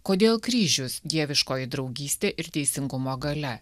kodėl kryžius dieviškoji draugystė ir teisingumo galia